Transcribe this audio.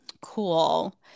Cool